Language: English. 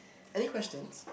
any questions